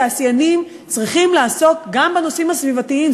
תעשיינים צריכים לעסוק גם בנושאים הסביבתיים,